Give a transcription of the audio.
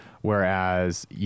whereas